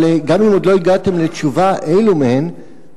אבל גם אם עוד לא הגעתם לתשובה אילו מהן,